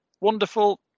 wonderful